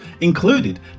included